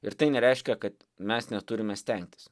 ir tai nereiškia kad mes neturime stengtis